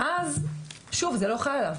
ואז שוב זה לא חל עליו.